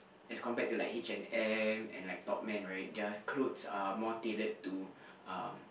as compared to like H-and-M and like Topman right their clothes are more tailored to um